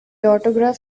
autograph